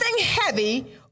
heavy